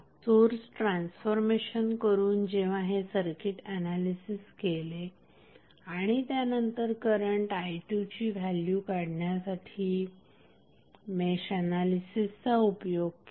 source transformation करून जेव्हा हे सर्किट एनालिसिस केले आणि त्यानंतर करंट i2ची व्हॅल्यु काढण्यासाठी मेश एनालिसिसचा उपयोग केला